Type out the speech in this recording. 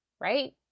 Right